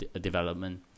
development